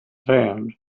had